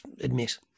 admit